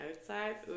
outside